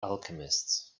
alchemists